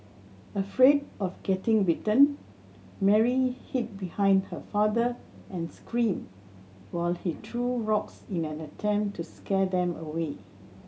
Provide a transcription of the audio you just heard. afraid of getting bitten Mary hid behind her father and screamed while he threw rocks in an attempt to scare them away